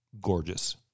gorgeous